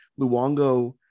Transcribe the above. Luongo